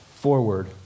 forward